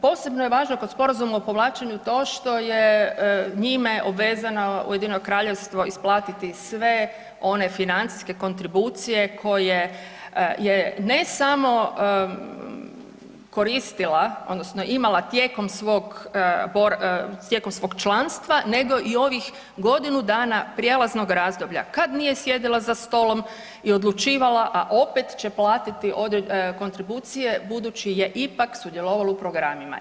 Posebno je važno kod sporazuma o povlačenju to što je njime obvezano Ujedinjeno Kraljevstvo isplatiti sve one financijske kontribucije koje je ne samo koristila odnosno imala tijekom svog članstva nego i ovih godinu dana prijelaznog razdoblja kad nije sjedila za stolom i odlučivala, a opet će platiti kontribucije budući je ipak sudjelovala u programima.